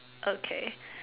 okay